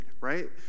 right